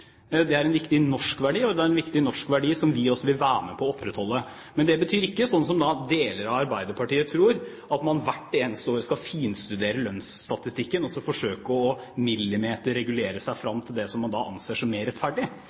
Det er en viktig norsk verdi, som også vi vil være med på å opprettholde. Det betyr ikke, som deler av Arbeiderpartiet tror, at man hvert eneste år skal finstudere lønnsstatistikken og så forsøke å millimeterregulere seg fram til det man anser som mer rettferdig.